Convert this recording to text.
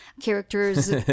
characters